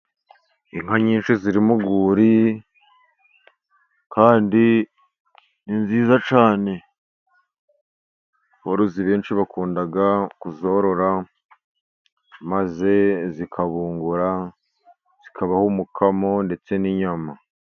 Inka nyinshi ziri mu rwuri kandi ni nziza cyane. Aborozi benshi bakunda kuzorora, maze zikabungura, zikabaha umukamo, ndetse n'inyama.